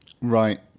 Right